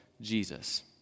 Jesus